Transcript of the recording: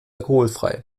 alkoholfrei